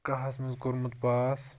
کٔہَس منٛز کوٚرمت پاس